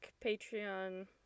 Patreon